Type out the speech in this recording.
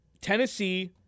Tennessee